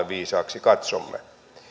viisaaksi katsomme